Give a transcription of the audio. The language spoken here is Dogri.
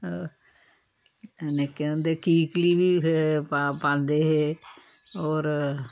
जेह्के होंदे कीकली बी पांदे हे होर